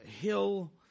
hill